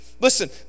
Listen